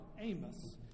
Amos